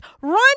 run